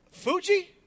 Fuji